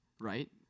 right